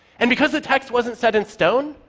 and because the text wasn't set in stone,